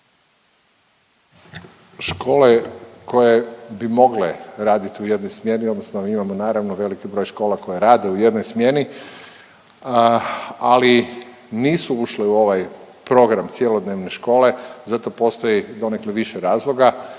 Škole koje bi mogle raditi u jednoj smjeni odnosno mi imamo naravno veliki broj škola koje rade u jednoj smjeni, ali nisu ušli u ovaj program cjelodnevne škole za to postoji donekle više razloga.